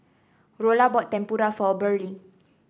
Rolla bought Tempura for Burley